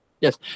Yes